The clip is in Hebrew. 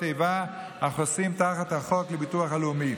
איבה החוסים תחת חוק הביטוח הלאומי.